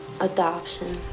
adoption